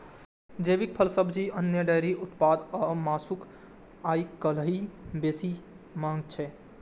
जैविक फल, सब्जी, अन्न, डेयरी उत्पाद आ मासुक आइकाल्हि बेसी मांग छै